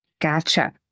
Gotcha